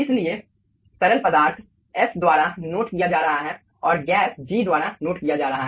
इसलिए तरल पदार्थ f द्वारा नोट किया जा रहा है और गैस g द्वारा नोट किया जा रहा है